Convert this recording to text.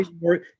more